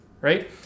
right